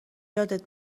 یادت